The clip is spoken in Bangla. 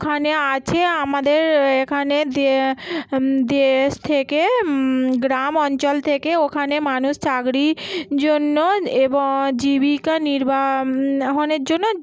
ওখানে আছে আমাদের এখানে দে দেশ থেকে গ্রাম অঞ্চল থেকে ওখানে মানুষ চাকরি জন্য এবং জীবিকা নির্বাহের জন্য